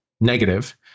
negative